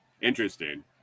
Interesting